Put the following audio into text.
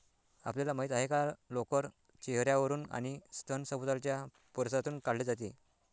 आपल्याला माहित आहे का लोकर चेहर्यावरून आणि स्तन सभोवतालच्या परिसरातून काढले जाते